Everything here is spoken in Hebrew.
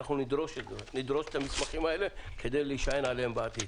אנחנו נדרוש את המסמכים האלה כדי להישען עליהם בעתיד.